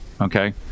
okay